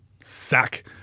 sack